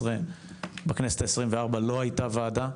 בכנסת ה-24 לא הייתה וועדה,